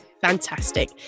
Fantastic